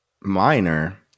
Minor